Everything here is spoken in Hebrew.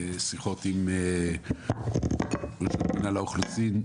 שיחות עם מנהל האוכלוסין,